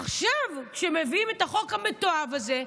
עכשיו, כשמביאים את החוק המתועב הזה,